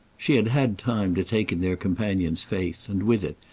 she had had time to take in their companion's face and with it,